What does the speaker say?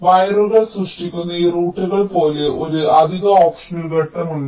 വയറുകൾ സൃഷ്ടിക്കുന്ന ഈ റൂട്ടുകൾ പോലെ ഒരു അധിക ഓപ്ഷണൽ ഘട്ടം ഇപ്പോൾ ഉണ്ട്